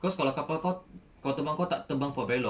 cause kalau kapal kau kapal terbang kau tak terbang for very long